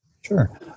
Sure